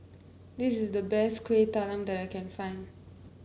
this is the best Kuih Talam that I can find